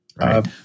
right